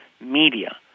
media